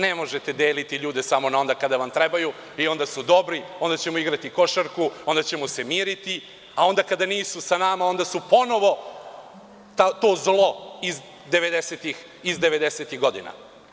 Ne možete deliti ljude samo na onda kada vam trebaju i onda su dobri, onda ćemo igrati košarku, onda ćemo se miriti, a onda kada nisu sa nama onda su ponovo to zlo iz 90-tih godina.